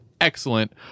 Excellent